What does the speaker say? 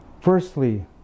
Firstly